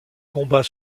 combat